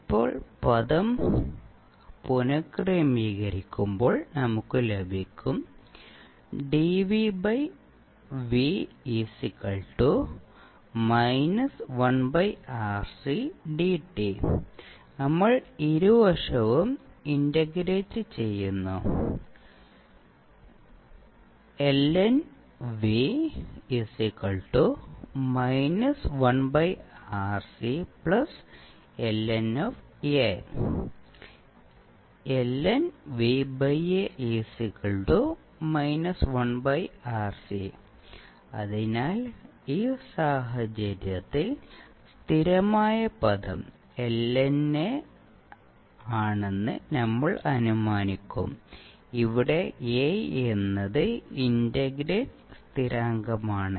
ഇപ്പോൾ പദം പുനക്രമീകരിക്കുമ്പോൾ നമുക്ക് ലഭിക്കും നമ്മൾ ഇരുവശവും ഇന്റഗ്രേറ്റ് ചെയ്യുന്നു അതിനാൽ ഈ സാഹചര്യത്തിൽ സ്ഥിരമായ പദം ln A ആണെന്ന് നമ്മൾ അനുമാനിക്കും ഇവിടെ A എന്നത് ഇന്റഗ്രേറ്റ് സ്ഥിരാങ്കമാണ്